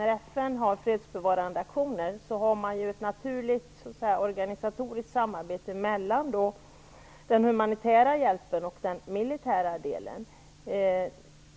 När FN har fredsbevarande aktioner har man ett naturligt organisatoriskt samarbete mellan den humanitära hjälpen och den militära delen.